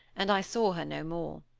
and i saw her no more.